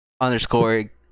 underscore